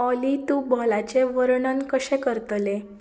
ऑली तूं बॉलाचें वर्णन कशें करतलें